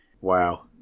Wow